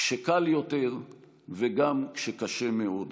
כשקל יותר וגם כשקשה מאוד.